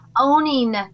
owning